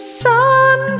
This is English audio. sun